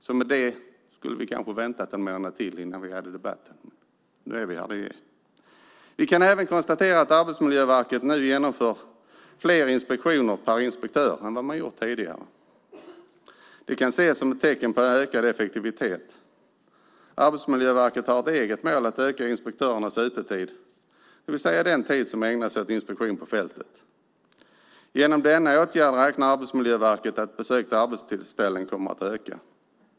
Vi kanske skulle ha väntat en månad till med debatten, men nu är vi här. Vi kan även konstatera att Arbetsmiljöverket nu genomför fler inspektioner per inspektör än vad man gjorde tidigare. Det kan ses som tecken på en ökad effektivitet. Arbetsmiljöverket har som eget mål att öka inspektörernas utetid, det vill säga den tid som ägnas åt inspektion på fältet. Genom denna åtgärd räknar Arbetsmiljöverket med att besökta arbetsställen kommer att öka.